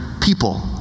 people